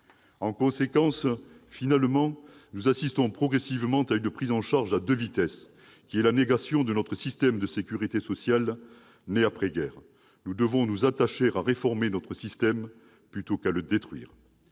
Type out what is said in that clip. un risque. Finalement, nous assistons progressivement à une prise en charge à deux vitesses, qui est la négation de notre système de sécurité sociale né après-guerre. Nous devons nous attacher à réformer notre système plutôt qu'à le détruire.